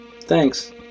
thanks